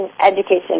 education